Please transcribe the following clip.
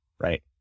right